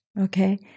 Okay